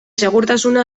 segurtasuna